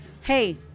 hey